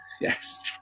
yes